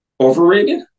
overrated